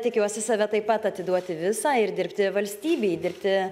tikiuosi save taip pat atiduoti visą ir dirbti valstybei dirbti